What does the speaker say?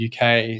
UK